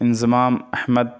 Inzamam Ahmad